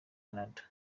canada